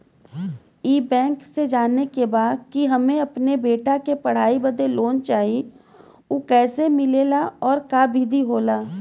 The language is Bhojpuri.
ई बैंक से जाने के बा की हमे अपने बेटा के पढ़ाई बदे लोन चाही ऊ कैसे मिलेला और का विधि होला?